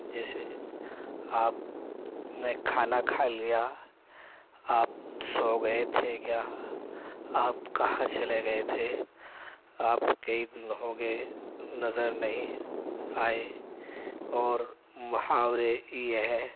جیسے آپ نے کھانا کھا لیا آپ سو گئے تھے کیا آپ کہاں چلے گئے تھے آپ کئی دن ہو گئے نظر نہیں آئے اور محاورے یہ ہے